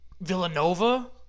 Villanova